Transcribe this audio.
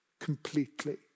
completely